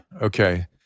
Okay